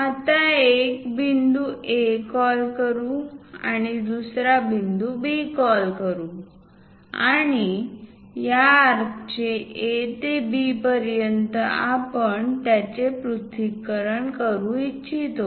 आता एक बिंदू A कॉल करू आणि दुसरा बिंदू B कॉल करू आणि या आर्कचे A ते B पर्यंत आपण त्याचे पृथक्करण करू इच्छितो